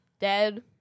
dead